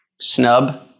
snub